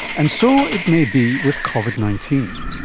and so it may be with covid nineteen.